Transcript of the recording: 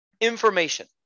information